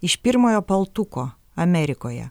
iš pirmojo paltuko amerikoje